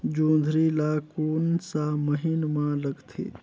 जोंदरी ला कोन सा महीन मां लगथे?